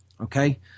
Okay